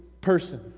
person